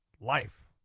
life